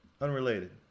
Unrelated